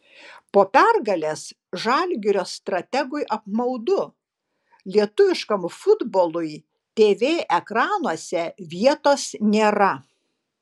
po pergalės žalgirio strategui apmaudu lietuviškam futbolui tv ekranuose vietos nėra